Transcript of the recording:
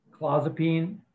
clozapine